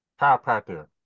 chiropractor